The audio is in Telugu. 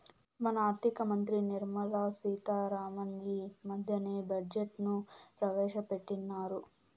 మన ఆర్థిక మంత్రి నిర్మలా సీతా రామన్ ఈ మద్దెనే బడ్జెట్ ను ప్రవేశపెట్టిన్నారు